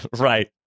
Right